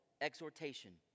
exhortation